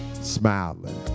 Smiling